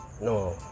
No